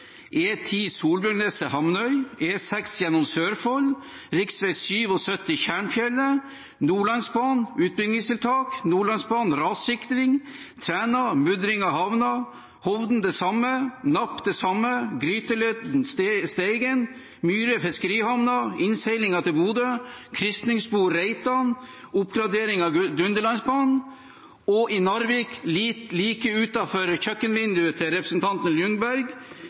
gjennom Sørfold, rv. 77 Tjernfjellet, Nordlandsbanen utbyggingstiltak, Nordlandsbanen rassikring, Træna mudring av havna, Hovden det samme, Napp det samme, Steigen, Myre fiskerihavn, innseilingen til Bodø, krysningsspor Reitan, oppgradering av Dunderlandsbanen, og i Narvik, like utenfor kjøkkenvinduet til representanten